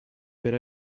per